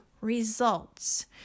results